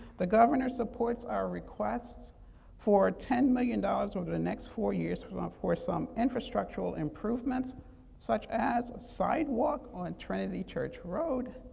the governor supports our requests for ten million dollars over the next four years for ah for some infrastructural improvements such as sidewalk on trinity church road,